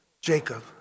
Jacob